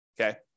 okay